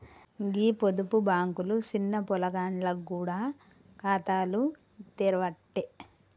గీ పొదుపు బాంకులు సిన్న పొలగాండ్లకు గూడ ఖాతాలు తెరవ్వట్టే